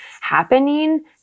happening